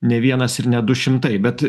ne vienas ir ne du šimtai bet